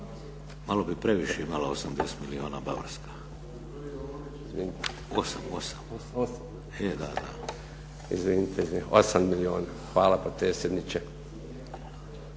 Malo bi previše imala 80 milijuna Bavarska. Osam, e da, da./... Izvinite, 8 milijuna. Hvala potpredsjedniče.